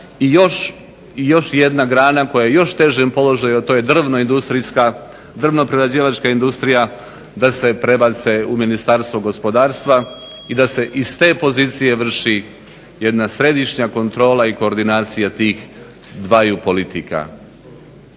i još jedna grana koja je u još većem položaju, a to je drvna industrija, drvo-prerađivačka industrija da se prebace u Ministarstvo gospodarstva i da se iz te pozicije vrši jedna središnja kontrola i koordinacija tih dvaju politika.